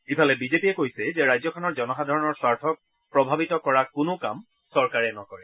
ইফালে বিজেপিয়ে কৈছে যে ৰাজ্যখনৰ জনসাধাৰণৰ স্বাৰ্থক প্ৰভাৱিত কৰা কোনো কাম চৰকাৰে নকৰে